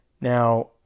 now